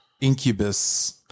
incubus